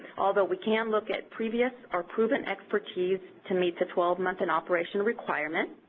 although we can look at previous or proven expertise to meet the twelve month in operation requirement.